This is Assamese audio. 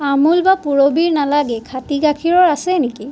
আমূল বা পূৰৱীৰ নালাগে খাটি গাখীৰৰ আছে নেকি